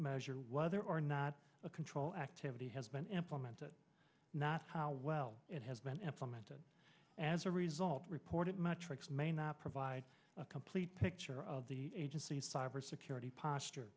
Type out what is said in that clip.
measure whether or not a control activity has been implemented not how well it has been implemented as a result reported much tracks may not provide a complete picture of the agency's cyber security posture